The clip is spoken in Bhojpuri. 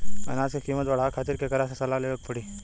अनाज क कीमत बढ़ावे खातिर केकरा से सलाह लेवे के पड़ी?